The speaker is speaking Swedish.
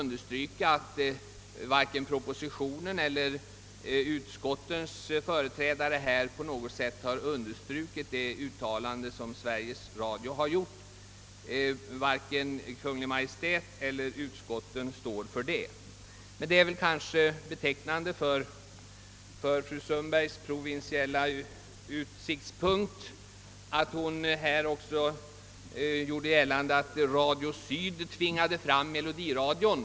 Men jag vill framhålla att varken propositionen eller utskottens talesmän här i debatten på något sätt har understrukit Sveriges Radios uttalande eller gjort detta till sitt. Det yttrandet står varken Kungl. Maj:t eller utskotten för. Det är betecknande för fru Sundbergs provinsiella betraktelsesätt att hon gör gällande att det var Radio Syd som tvingade fram melodiradion.